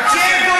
תישאר על השיטה.